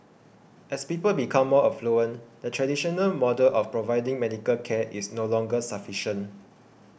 as people become more affluent the traditional model of providing medical care is no longer sufficient